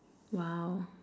!wow!